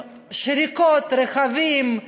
שריקות, רכבים,